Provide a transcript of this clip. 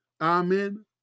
Amen